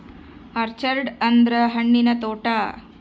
orchard ಅಂದ್ರ ಹಣ್ಣಿನ ತೋಟ